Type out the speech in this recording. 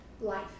life